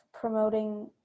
promoting